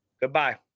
goodbye